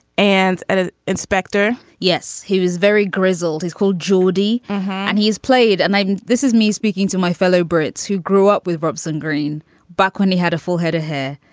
and and an inspector yes. he was very grizzled. he's called judy and he's played and. this is me speaking to my fellow brits who grew up with robson green back when he had a full head of hair